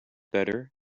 better